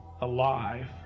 alive